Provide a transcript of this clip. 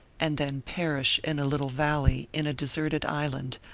and then perish in a little valley in a deserted island,